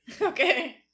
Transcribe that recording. Okay